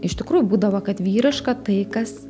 iš tikrųjų būdavo kad vyriška tai kas